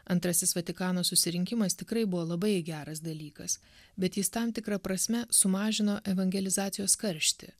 antrasis vatikano susirinkimas tikrai buvo labai geras dalykas bet jis tam tikra prasme sumažino evangelizacijos karštį